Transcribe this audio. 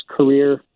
career